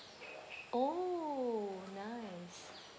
oh nice